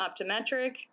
optometric